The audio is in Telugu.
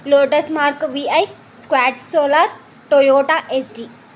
lotus mark VI squad solar Toyota SD